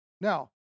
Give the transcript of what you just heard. Now